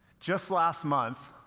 just last month,